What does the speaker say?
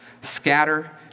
Scatter